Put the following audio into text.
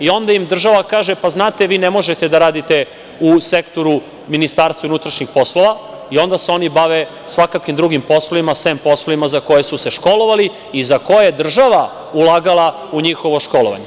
A onda im država kaže, pa znate vi ne možete da radite u sektoru MUP i onda se oni bave svakakvim drugim poslovima sem poslova za koje su se školovali i za koje je država ulagala u njihovo školovanje.